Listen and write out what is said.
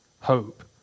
Hope